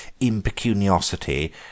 impecuniosity